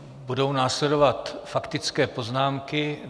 Budou následovat faktické poznámky.